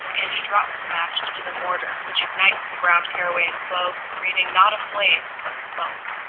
andy drops the match into the mortar which ignites the ground caraway and cloves, creating not a flame, but smoke.